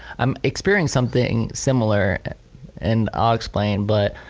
i'm experiencing something similar and i'll explain but